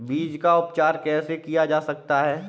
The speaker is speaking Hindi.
बीज का उपचार कैसे किया जा सकता है?